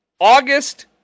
August